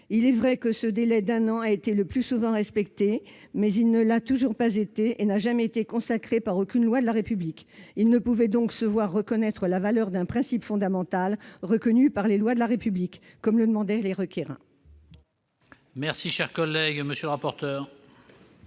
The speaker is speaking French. Il est vrai que ce délai d'un an a été le plus souvent respecté. Mais il ne l'a pas toujours été et n'a jamais été consacré par aucune loi de la République ; il ne pouvait donc se voir reconnaître la valeur d'un principe fondamental reconnu par les lois de la République, comme le demandaient les requérants. » Quel est l'avis de la